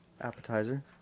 appetizer